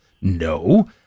No